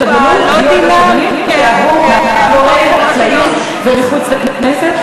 ומחוץ לכנסת.